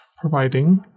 providing